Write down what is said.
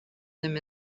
them